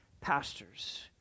pastors